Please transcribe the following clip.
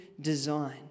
design